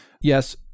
Yes